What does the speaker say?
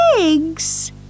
eggs